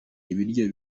ibiryo